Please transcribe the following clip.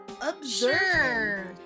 Observe